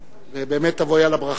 ובאמת תבואי על הברכה.